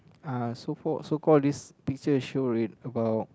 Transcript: uh so for so call this picture show red about